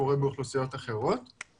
מינהל אוכלוסיות בזרוע העבודה שעוסק